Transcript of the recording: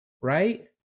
right